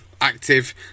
Active